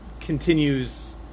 continues